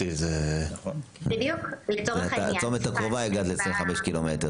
הצומת הקרובה הגעת ל-25 ק"מ.